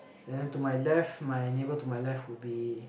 then to my left my neighbour to my left would be